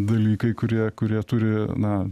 dalykai kurie kurie turi na